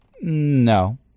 No